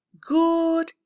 good